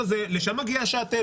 לשם מגיע השאטל.